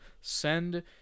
Send